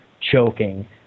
choking